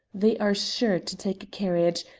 they are sure to take a carriage,